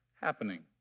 happening